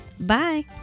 Bye